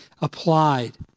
applied